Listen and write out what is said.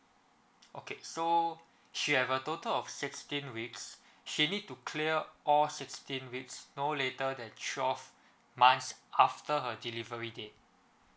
okay so she have a total of sixteen weeks she need to clear up all sixteen weeks no later than twelve months after her delivery day